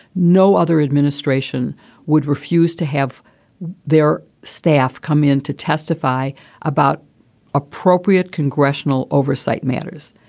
no other administration would refuse to have their staff come in to testify about appropriate congressional oversight matters.